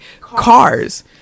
cars